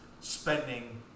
spending